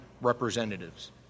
representatives